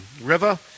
River